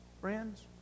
Friends